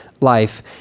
life